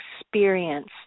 experience